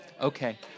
Okay